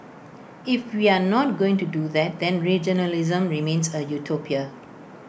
if we are not going to do that then regionalism remains A utopia